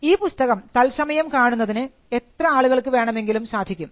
ഇപ്പോൾ ഈ പുസ്തകം തൽസമയം കാണുന്നതിന് എത്ര ആളുകൾക്ക് വേണമെങ്കിലും സാധിക്കും